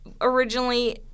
originally